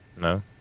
no